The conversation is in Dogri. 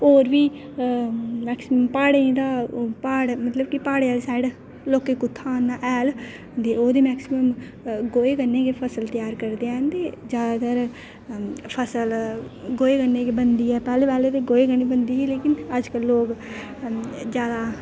होर बी मैक्सीमम प्हाड़ें दा प्हाड़ मतलब कि प्हाड़ें आह्ली साइड लोकें कुत्थूं आह्नना हैल ते ओह ते मैक्सीमम गोहे कन्नै गै फसल त्यार करदे हैन ते जैदातर फसल गोहे कन्नै गै बनदी ऐ पैह्लें पैह्लें ते गोहे कन्नै बनदी ही लेकिन अजकल लोक जैदा